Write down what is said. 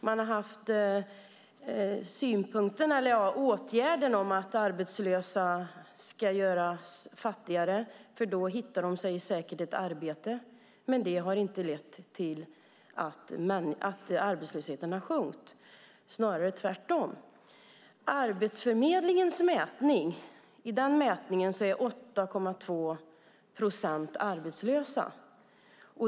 Man har haft åtgärden att arbetslösa ska göras fattigare, för då hittar de sig säkert ett arbete. Men det har inte lett till att arbetslösheten har sjunkit, snarare tvärtom. I Arbetsförmedlingens mätning är 8,2 procent arbetslösa.